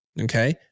Okay